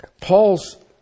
Paul's